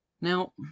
Now